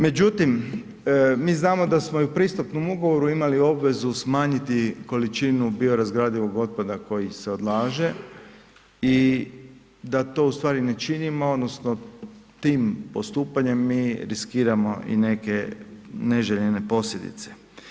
Međutim, mi znamo da smo i u pristupnom ugovoru imali obvezu smanjiti količinu biorazgradivog otpada koji se odlaže i da to u stvari ne činimo odnosno tim postupanjem mi riskiramo i neke neželjene posljedice.